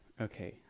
Okay